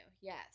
yes